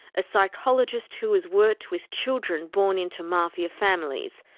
a psychologist who has worked with children born into mafia families,